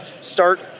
start